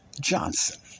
Johnson